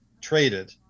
traded